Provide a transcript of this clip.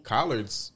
Collards